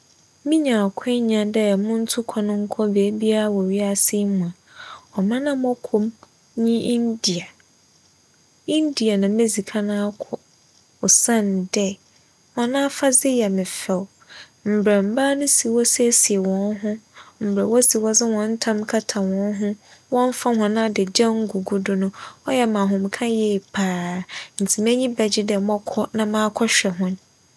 Minya akwanya dɛ muntu kwan nkͻ bea biaa wͻ wiadze yi mu a, ͻman a mͻkͻ mu nye India. India na medzi kan akͻ osiandɛ hͻn afadze yɛ me fɛw. Mbrɛ mbaa no si wosiesie hͻn ho, mbrɛ wosi wͻdze hͻn tam kata hͻn ho, wͻmmfa hͻn adagyaw nngugu do no, ͻyɛ me ahomka yie paa ntsi m'enyi bɛgye dɛ mͻkͻ na makͻhwɛ hͻn.